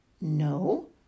No